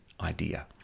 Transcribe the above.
idea